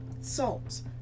salts